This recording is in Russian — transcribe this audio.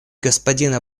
господина